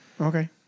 Okay